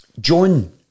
John